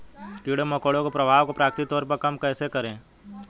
कीड़े मकोड़ों के प्रभाव को प्राकृतिक तौर पर कम कैसे करें?